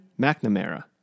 McNamara